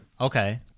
Okay